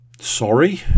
sorry